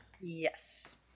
Yes